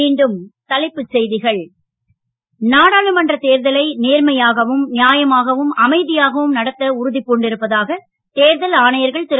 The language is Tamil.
மீணடும் தலைப்புச் செய்திகள் நாடாமன்ற தேர்தலை நேர்மையாகவும் நியாயமாகவும் அமைதியாகவும் நடத்த உறுதி பூண்டிருப்பதாக தேர்தல் ஆணையர்கள் திரு